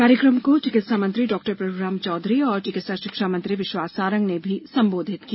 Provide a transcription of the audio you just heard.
कार्यक्रम को चिकित्सा मंत्री डॉ प्रभुराम चौधरी और चिकिस्ता शिक्षा मंत्री विश्वास सारंग ने भी संबोधित किया